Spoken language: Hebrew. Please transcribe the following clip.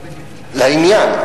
לעניין,